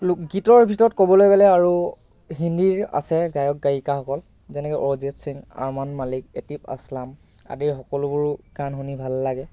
লোক গীতৰ ভিতৰত ক'বলৈ গ'লে আৰু হিন্দীৰ আছে গায়ক গায়িকাসকল যেনেকৈ অৰিজিত সিং আৰমান মালিক এতিফ আচলাম আদিৰ সকলোবোৰো গান শুনি ভাল লাগে